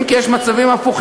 אם כי יש מצבים הפוכים,